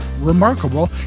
remarkable